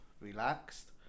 relaxed